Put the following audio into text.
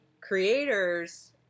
creators